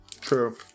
True